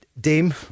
Dame